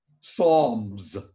Psalms